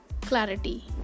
clarity